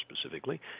specifically